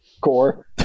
core